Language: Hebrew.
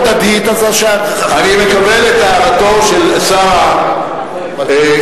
אני מקבל את הערתו של שר האוצר,